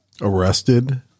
Arrested